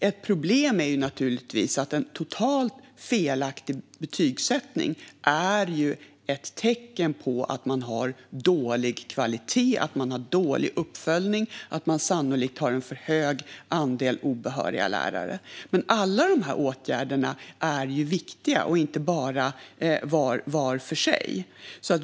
Ett problem är naturligtvis att en totalt felaktig betygsättning är ett tecken på att man har dålig kvalitet och dålig uppföljning och att man sannolikt har en för hög andel obehöriga lärare. Men alla dessa åtgärder är viktiga, inte bara var för sig.